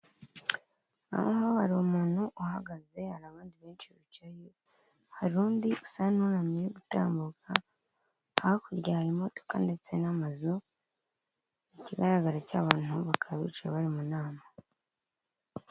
Aha hari umuntu uhagaze hari abandi benshi bicaye hari undi usa n'uwunamye uri gutambuka hakurya hari imodka ndetse n'amazu ikigaragara cyo abantu bakaba bicaye bari mu nama.